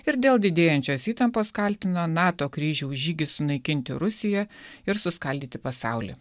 ir dėl didėjančios įtampos kaltino nato kryžiaus žygį sunaikinti rusiją ir suskaldyti pasaulį